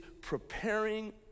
preparing